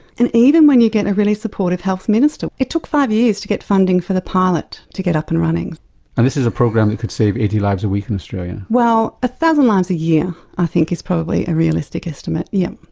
and even when you get a really supportive health minister, it took five years to get funding for the pilot to get up and running. and this is a program that and could save eighty lives a week in australia? well a thousand lives a year i think is probably a realistic estimate, yes.